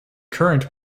current